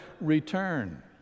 Return